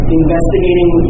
investigating